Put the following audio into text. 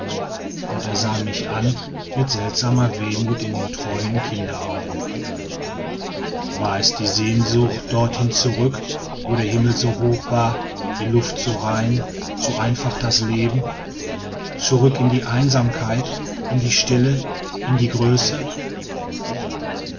und er sah mich an mit seltsamer wehmut in den treuen kinderaugen war es die sehnsucht dorthin zurück wo der himmel so hoch war die luft so rein so einfach das leben zurück in die einsamkeit in die stille in die größe